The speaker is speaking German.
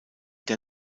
der